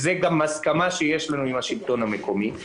על סמך הסכמה עם השלטון המקומי,